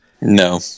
No